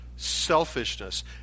selfishness